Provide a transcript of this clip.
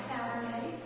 Saturday